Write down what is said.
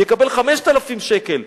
יקבל 5,000 שקל.